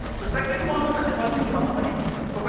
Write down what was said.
the second one was the emerging bahmani kingdom. so but